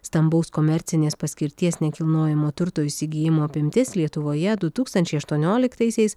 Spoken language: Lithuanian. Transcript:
stambaus komercinės paskirties nekilnojamo turto įsigijimo apimtis lietuvoje du tūkstančiai aštuonioliktaisiais